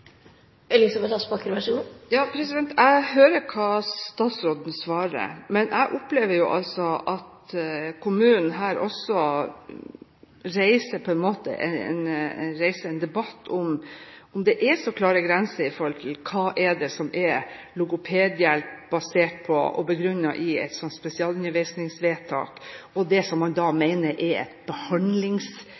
Jeg hører hva statsråden svarer, men jeg opplever at kommunen her også reiser en debatt om det er så klare grenser mellom det logopedhjelp er basert på – begrunnet i et sånt spesialundervisningsvedtak – og det som man mener er et